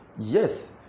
Yes